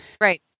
Right